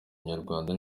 nyarwanda